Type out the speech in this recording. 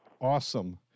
Awesome